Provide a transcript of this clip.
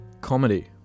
comedy